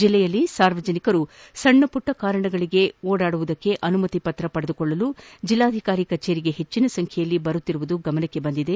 ಜಿಲ್ಲೆಯಲ್ಲಿ ಸಾರ್ವಜನಿಕರು ಸಣ್ಣಮಟ್ಟ ಕಾರಣಗಳಿಗೆ ಸಂಚರಿಸುವ ಅನುಮತಿ ಪತ್ರ ಪಡೆದುಕೊಳ್ಳಲು ಜಿಲ್ಲಾಧಿಕಾರಿ ಕಚೇರಿಗೆ ಹೆಚ್ಚಿನ ಸಂಖ್ಠೆಯಲ್ಲಿ ಬರುತ್ತಿರುವುದು ಗಮನಕ್ಕೆ ಬಂದಿದೆ